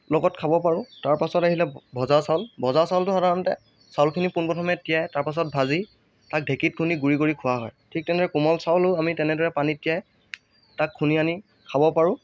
লগত খাব পাৰোঁ তাৰ পাছত আহিলে ভজা চাউল ভজা চাউলটো সাধাৰণতে চাউলখিনি পোন প্ৰথমে তিয়াই তাৰ পাছত ভাজি তাক ঢেঁকীত খুন্দি গুৰি কৰি খোৱা হয় ঠিক তেনেদৰে কোমল চাউলো আমি তেনেদৰে পানীত তিয়াই তাক খুন্দি আনি খাব পাৰোঁ